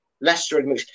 Leicester